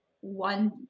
one